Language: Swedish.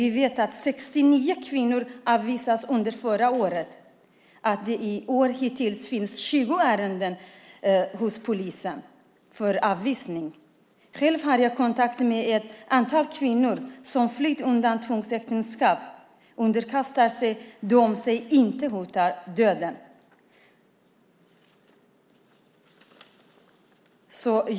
Vi vet att 69 kvinnor avvisades under förra året och att det i år finns 20 ärenden hos polisen för avvisning. Själv har jag kontakt med ett antal kvinnor som flytt undan tvångsäktenskap. Om de inte underkastar sig hotar döden.